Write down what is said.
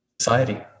society